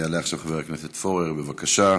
יעלה עכשיו חבר הכנסת פורר, בבקשה.